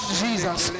jesus